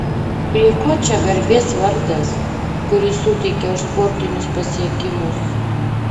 prie ko čia garbės vardas kurį suteikė už sportinius pasiekimus